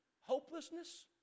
hopelessness